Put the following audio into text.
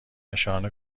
نشان